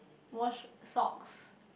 wash socks